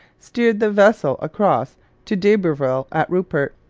steered the vessel across to d'iberville at rupert.